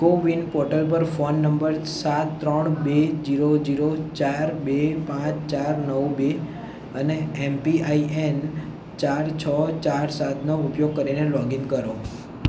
કો win portal પર phone number સાત ત્રણ બે જીરો જીરો ચાર બે પાંચ ચાર નવ બે અને એમ પીઆઇએન ચાર છ ચાર સાત નો ઉપયોગ કરીને લોગઇન કરો